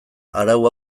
arau